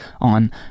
on